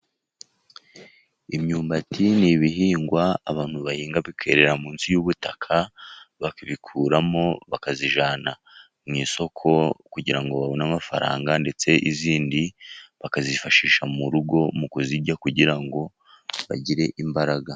Imyumbati ni ibihingwa abantu bahinga bikerera munsi y'ubutaka bakabikuramo bakazijyana mu isoko kugira ngo babone amafaranga ndetse n'izindi bakazifashisha mu rugo mu kuzirya kugira ngo bagire imbaraga.